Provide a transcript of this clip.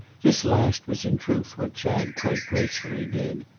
this last was in truth what chad quite gracefully did.